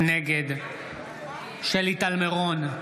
נגד שלי טל מירון,